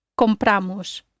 Compramos